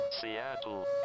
Seattle